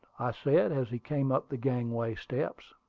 i said, as he came up the gangway steps.